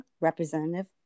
Representative